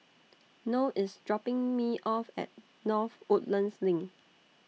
Noe IS dropping Me off At North Woodlands LINK